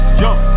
jump